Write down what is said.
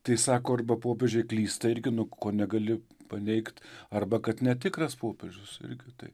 tai sako arba popiežiai klysta irgi nuo ko negali paneigt arba kad netikras popiežius irgi taip